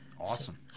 Awesome